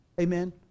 Amen